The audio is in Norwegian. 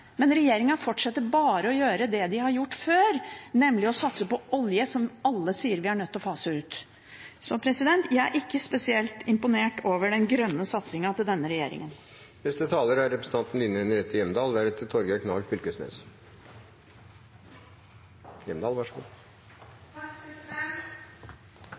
men regjeringen fortsetter bare å gjøre det den har gjort før, nemlig å satse på olje, som alle sier vi er nødt til å fase ut. Jeg er ikke spesielt imponert over den grønne satsingen til denne regjeringen.